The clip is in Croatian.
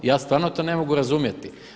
Ja stvarno to ne mogu razumjeti.